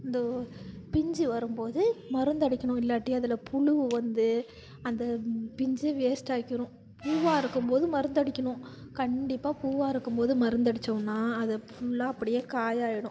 இந்த பிஞ்சு வரும் போது மருந்தடிக்கணும் இல்லாட்டி அதில் புழுவு வந்து அந்த பிஞ்சே வேஸ்ட்டாக்கிடும் பூவாக இருக்கும் போது மருந்தடிக்கணும் கண்டிப்பாக பூவாக இருக்கும் போது மருந்தடிச்சோம்னால் அதை ஃபுல்லாக அப்படியே காயாக ஆகிடும்